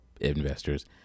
investors